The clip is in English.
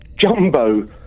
Jumbo